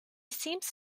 seems